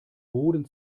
boden